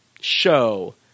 show